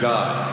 God